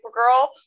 Supergirl